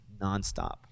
nonstop